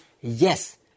yes